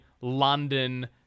London